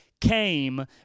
came